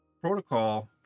protocol